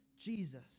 Jesus